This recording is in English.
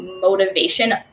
motivation